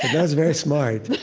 that's very smart.